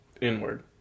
Inward